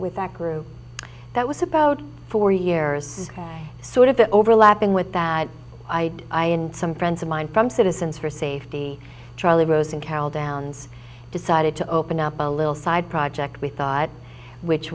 with that group that was about four years ok so if the overlapping with that i i and some friends of mine from citizens for safety charlie rose and carol downs decided to open up a little side project we thought which